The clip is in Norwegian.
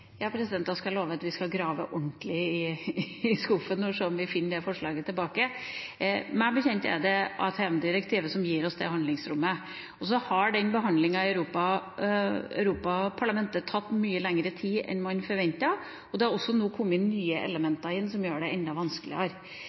Da skal jeg love at vi skal grave ordentlig i skuffen og se om vi finner igjen det forslaget. Meg bekjent er det AMT-direktivet som gir oss det handlingsrommet, og så har behandlingen i Europaparlamentet tatt mye lengre tid enn man forventet. Det har også kommet inn nye elementer, som gjør det enda vanskeligere.